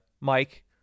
Mike